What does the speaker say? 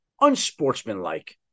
unsportsmanlike